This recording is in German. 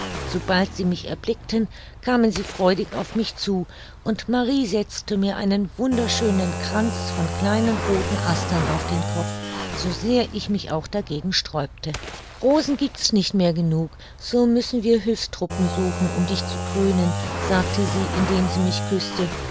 sobald sie mich erblickten kamen sie freudig auf mich zu und marie setzte mir einen wunderschönen kranz von kleinen rothen astern auf den kopf so sehr ich mich auch dagegen sträubte rosen giebt's nicht mehr genug so müssen wir hülfstruppen suchen um dich zu krönen sagte sie indem sie mich küßte